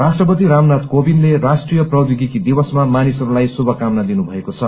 राष्ट्रपति रामनाथ कोविन्दले राष्ट्रीय प्रौद्योगिकी दिवसमा मानिसहरूलाई शुभकामना दिनुभएको छ